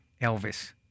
Elvis